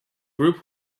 group